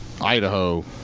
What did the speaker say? idaho